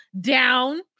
down